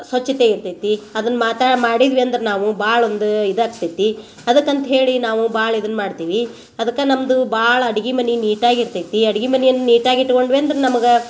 ಸ್ವಚ್ಛತೆ ಇರ್ತೈತಿ ಅದನ್ನ ಮಾತ್ರ ಮಾಡಿದ್ವಿ ಅಂದ್ರೆ ನಾವು ಬಾಳೊಂದು ಇದು ಆಗ್ತೈತಿ ಅದಕ್ಕೆ ಅಂತ್ಹೇಳಿ ನಾವು ಭಾಳ ಇದನ್ನ ಮಾಡ್ತೀವಿ ಅದಕ್ಕೆ ನಮ್ಮದು ಭಾಳ ಅಡ್ಗಿ ಮನೆ ನೀಟಾಗಿರ್ತೈತಿ ಅಡ್ಗಿ ಮನಿಯಂಗೆ ನೀಟಾಗಿ ಇಟ್ಕೊಂಡ್ವಿ ಅಂದ್ರೆ ನಮ್ಗೆ